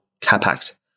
capex